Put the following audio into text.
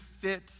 fit